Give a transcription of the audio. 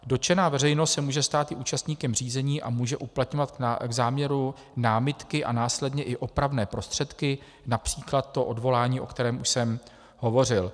Dotčená veřejnost se může stát i účastníkem řízení a může uplatňovat k záměru námitky a následně i opravné prostředky, například to odvolání, o kterém už jsem hovořil.